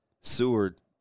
Seward